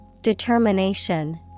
Determination